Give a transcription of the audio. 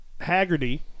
Haggerty